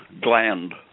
gland